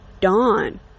Dawn